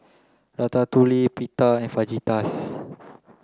Ratatouille Pita and Fajitas